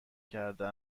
کرده